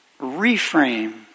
reframe